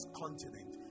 continent